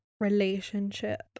relationship